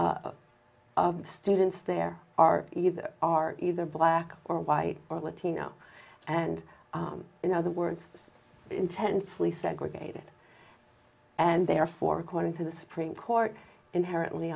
the students there are either are either black or white or latino and in other words it's intensely segregated and therefore according to the supreme court inherently